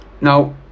now